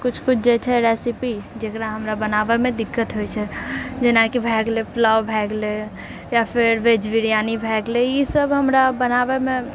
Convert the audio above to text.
कुछ कुछ जे छै रेसिपी जेकरा हमरा बनाबयमऽ दिक्कत होइत छै जेनाकि भै गेलय पुलाव भै गेलय या फेर वेज बिरयानी भै गेलय ईसभ हमरा बनाबयमे